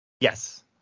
Yes